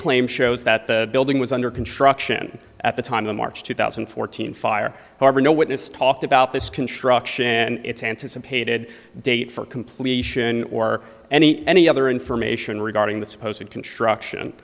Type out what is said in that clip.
claim shows that the building was under construction at the time in march two thousand and fourteen fire however no witness talked about this construction and its anticipated date for completion or any any other information regarding the supposed construction